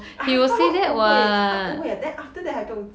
(uh huh) 他会误会他误会 then after that 还不用紧